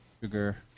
sugar